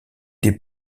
des